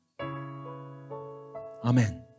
Amen